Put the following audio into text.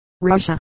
Russia